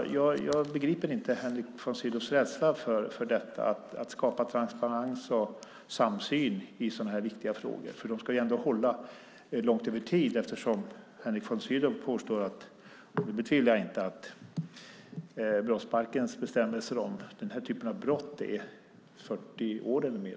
Jag begriper inte Henrik von Sydows rädsla för att skapa transparens och samsyn i så viktiga frågor. Detta ska hålla långt över tid eftersom Henrik von Sydow påstår, vilket jag inte betvivlar, att brottsbalkens bestämmelser om den här typen av brott är 40 år eller mer.